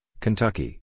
Kentucky